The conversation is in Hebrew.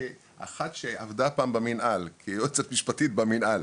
כאחת שעבדה פעם כיועצת משפטית במינהל.